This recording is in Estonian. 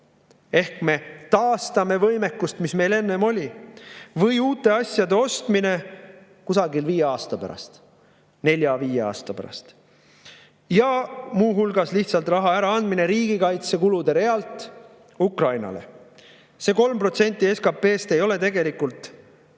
ehk me taastame võimekust, mis meil enne oli, või uute asjade ostmine kusagil viie aasta pärast, nelja-viie aasta pärast, ja muu hulgas lihtsalt raha äraandmine riigikaitsekulude realt Ukrainale. See 3% SKP‑st ei ole tegelikult meie